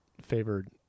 favored